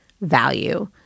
value